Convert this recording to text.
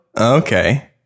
Okay